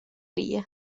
die